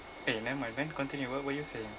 eh never mind man continue what were you saying